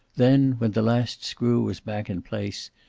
then, when the last screw was back in place,